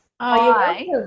Hi